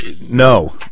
No